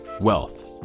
Wealth